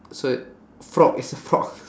so frog it's a frog